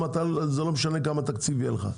זה לא משנה כמה תקציב יהיה לך.